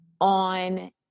on